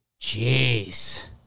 Jeez